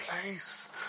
place